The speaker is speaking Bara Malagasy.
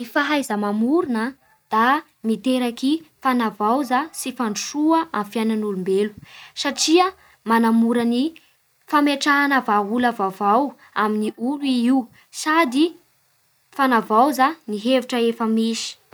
Ny fahaiza mamorona da miteraky fanavaoza sy fandrosoa amin'ny fiaignan'ny olombelo satria manamora ny fametraha ny vahaola vaovao amin'ny olo i io sady fanavaoza ny hevitra efa misy.